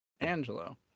Angelo